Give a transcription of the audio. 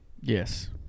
Yes